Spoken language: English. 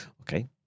Okay